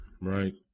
right